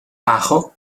ajo